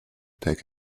take